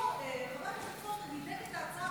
מאוד מידתית.